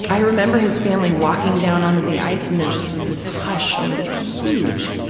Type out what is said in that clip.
i remember his family walking down onto the ice and there just was this hush over this huge